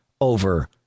over